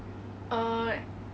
err